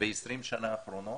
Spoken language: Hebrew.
ב-20 השנה האחרונות.